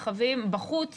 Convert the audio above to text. שבמרחבים בחוץ